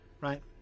right